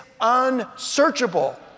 unsearchable